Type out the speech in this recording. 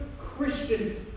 Christians